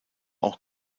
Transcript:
auch